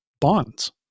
bonds